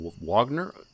Wagner